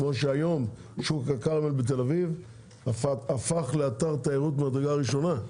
כמו שהיום שוק הכרמל בתל אביב הפך לאתר תיירות ממדרגה ראשונה.